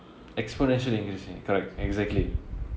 exponential increase correct exactly